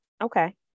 okay